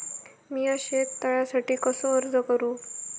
मीया शेत तळ्यासाठी कसो अर्ज करू?